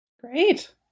Great